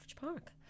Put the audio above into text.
Park